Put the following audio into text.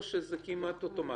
או שזה כמעט אוטומטי?